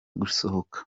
gusohoka